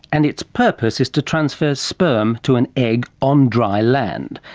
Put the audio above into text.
and its purpose is to transfer sperm to an egg on dry land,